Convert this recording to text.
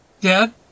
Dad